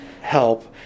help